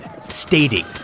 stating